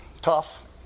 tough